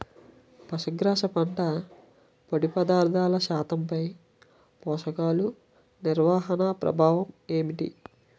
పశుగ్రాస పంట పొడి పదార్థాల శాతంపై పోషకాలు నిర్వహణ ప్రభావం ఏమిటి?